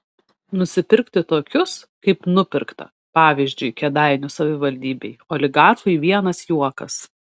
nusipirkti tokius kaip nupirkta pavyzdžiui kėdainių savivaldybėj oligarchui vienas juokas